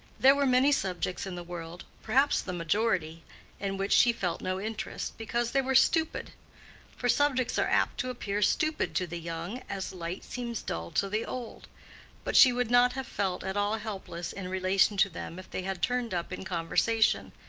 there were many subjects in the world perhaps the majority in which she felt no interest, because they were stupid for subjects are apt to appear stupid to the young as light seems dull to the old but she would not have felt at all helpless in relation to them if they had turned up in conversation.